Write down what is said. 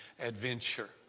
adventure